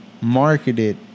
marketed